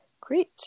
Great